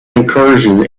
incursions